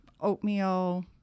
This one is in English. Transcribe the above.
oatmeal